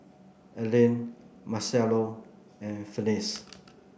Alene Marcello and Felice